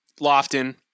Lofton